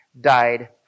died